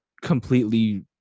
completely